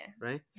right